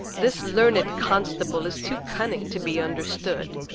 this learned constable is too cunning to be understood.